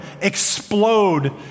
explode